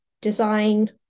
design